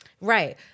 Right